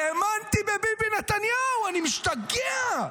האמנתי בביבי נתניהו, אני משתגע.